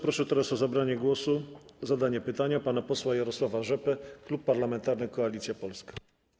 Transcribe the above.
Proszę teraz o zabranie głosu, o zadanie pytania pana posła Jarosława Rzepę, Klub Parlamentarny Koalicja Polska.